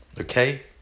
okay